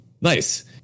nice